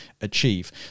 achieve